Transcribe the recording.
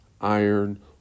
iron